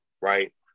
right